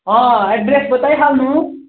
address बताइहाल्नु